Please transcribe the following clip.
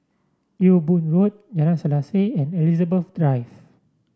Ewe Boon Road Jalan Selaseh and Elizabeth Drive